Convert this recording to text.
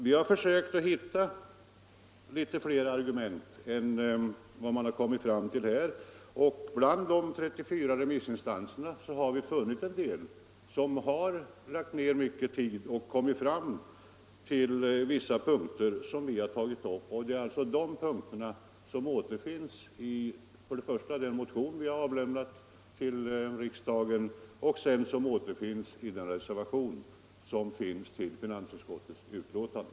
Vi har försökt hitta fler argument än dessa, och bland de 34 remissinstanserna har vi funnit att en del av dem har lagt ned mycket tid på och kommit fram till vissa punkter, som vi har tagit upp. Det är alltså de punkterna som återfinns dels i den motion vi har avlämnat till riksdagen, dels i den reservation som är fogad till finansutskottets betänkande.